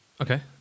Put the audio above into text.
Okay